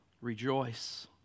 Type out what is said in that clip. Rejoice